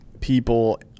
people